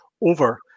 over